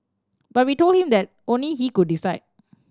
but we told him that only he could decide